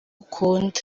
ukunda